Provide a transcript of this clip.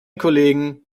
kollegen